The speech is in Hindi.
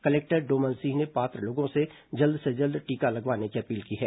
कलेक्टर डोमन सिंह ने पात्र लोगों से जल्द से जल्द टीका लगवाने की अपील की है